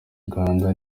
rwanda